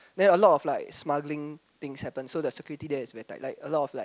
then like a lot of like smuggling things happen so the security there is very tight like a lot of like